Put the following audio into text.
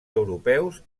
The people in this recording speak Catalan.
europeus